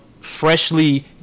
freshly